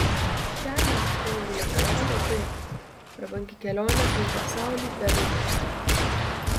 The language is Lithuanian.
šiai jachtai nereikia jokio kuro prabangi kelionė aplink pasaulį be rūpesčių